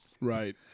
right